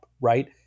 right